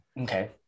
Okay